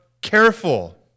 careful